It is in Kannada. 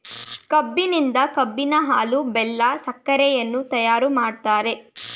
ಕಬ್ಬಿನಿಂದ ಕಬ್ಬಿನ ಹಾಲು, ಬೆಲ್ಲ, ಸಕ್ಕರೆಯನ್ನ ತಯಾರು ಮಾಡ್ತರೆ